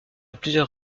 plusieurs